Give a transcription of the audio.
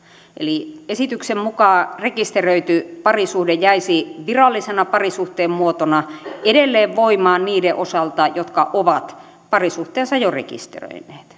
eli esityksen mukaan rekisteröity parisuhde jäisi virallisena parisuhteen muotona edelleen voimaan niiden osalta jotka ovat parisuhteensa jo rekisteröineet